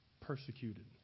persecuted